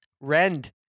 Rend